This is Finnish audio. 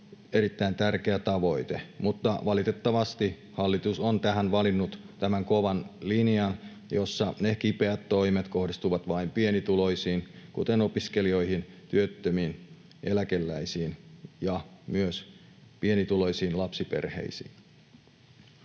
erittäin tärkeä tavoite, mutta valitettavasti hallitus on tähän valinnut tämän kovan linjan, jossa ne kipeät toimet kohdistuvat vain pienituloisiin, kuten opiskelijoihin, työttömiin, eläkeläisiin ja myös pienituloisiin lapsiperheisiin.